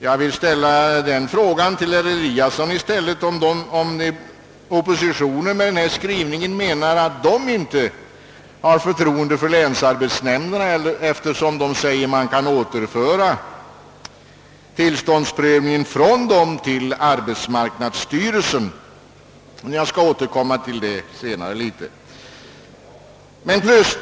Jag vill ställa den frågan till herr Eliasson i stället: Betyder denna skrivning att oppositionen inte har förtroende för länsarbetsnämnden? Jag skall återkomma något till den saken senare.